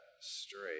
straight